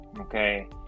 Okay